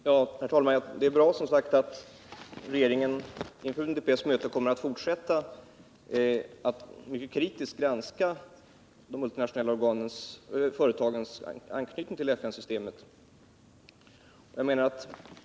Herr talman! Det är som sagt bra att regeringen inför UNDP:s möte kommer att fortsätta att mycket kritiskt granska de multinationella företagens anknytning till FN-systemet.